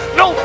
no